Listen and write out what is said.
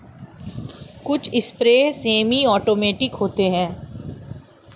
कुछ sprayer semi automatic होते हैं